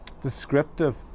descriptive